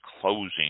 closing